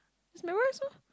just memorise lor